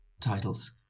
Titles